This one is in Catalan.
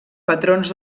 patrons